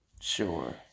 Sure